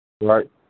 right